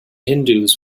hindus